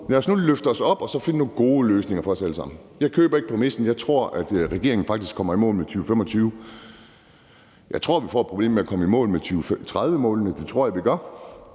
Lad os nu løfte os op og finde nogle gode løsninger for os alle sammen. Jeg køber ikke præmissen, for jeg tror faktisk, at regeringen kommer i mål med 2025-målet. Jeg tror, at vi får et problem med at komme i mål med 2030-målene; det tror jeg vi gør.